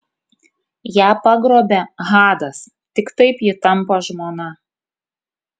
ją pagrobia hadas tik taip ji tampa žmona